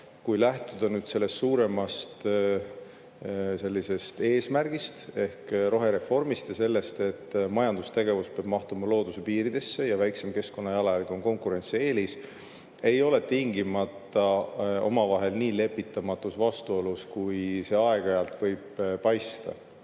kui lähtuda suuremast eesmärgist ehk rohereformist ja sellest, et majandustegevus peab mahtuma looduse piiridesse ja väiksem keskkonnajalajälg on konkurentsieelis, ei ole tingimata omavahel nii lepitamatus vastuolus, kui see aeg-ajalt võib paista.